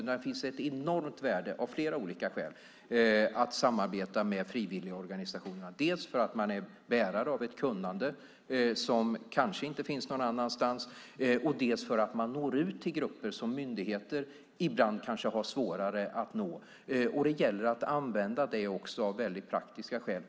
Det finns av flera olika skäl ett enormt värde i att samarbeta med frivilligorganisationerna, dels för att de är bärare av ett kunnande som kanske inte finns någon annanstans, dels för att de når ut till grupper som myndigheter ibland kanske har svårare att nå. Det gäller att använda detta också av väldigt praktiska skäl.